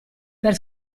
per